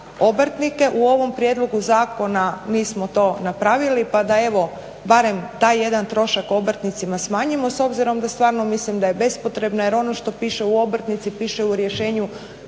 u ovom prijedlogu zakona nismo to napravili, pa da evo barem taj jedan trošak obrtnicima smanjimo s obzirom da stvarno mislim da je bespotrebna. Jer ono što piše u obrtnici piše u rješenju